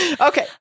Okay